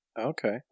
okay